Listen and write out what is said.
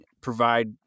provide